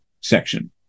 section